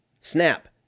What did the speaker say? Snap